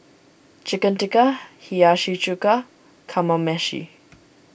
Chicken Tikka Hiyashi Chuka Kamameshi